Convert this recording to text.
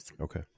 Okay